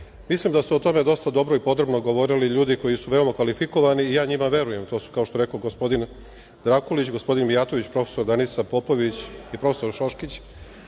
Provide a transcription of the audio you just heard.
mislim da su o tome dosta dobro i podobno govorili ljudi koji su veoma kvalifikovani i ja njima verujem. To su kao što rekoh gospodin Drakulić, gospodin Mijatović, profesor Danica Popović i profesor Šoškić.